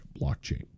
blockchain